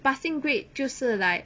passing grade 就是 like